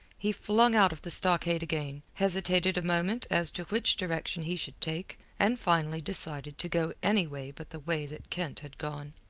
he flung out of the stockade again, hesitated a moment as to which direction he should take, and finally decided to go any way but the way that kent had gone.